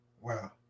Wow